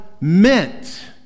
meant